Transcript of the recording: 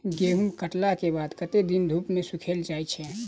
गहूम कटला केँ बाद कत्ते दिन धूप मे सूखैल जाय छै?